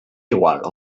igual